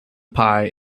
pie